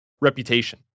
reputation